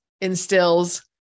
instills